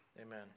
Amen